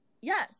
Yes